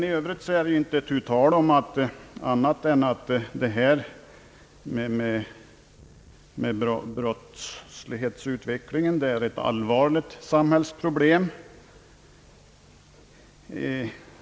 I övrigt är det emellertid inte tu tal om annat än att ökningen av brottsligheten i landet utgör ett allvarligt samhällsproblem.